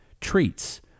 treats